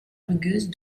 rugueuse